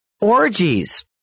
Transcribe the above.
Orgies